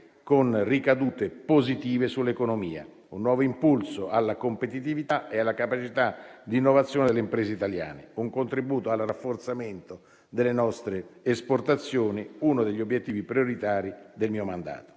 con ricadute positive sull'economia; un nuovo impulso alla competitività e alla capacità di innovazione delle imprese italiane, con contributo al rafforzamento delle nostre esportazioni, uno degli obiettivi prioritari del mio mandato.